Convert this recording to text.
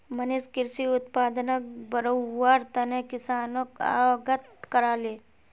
मनीष कृषि उत्पादनक बढ़व्वार तने किसानोक अवगत कराले